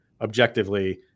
objectively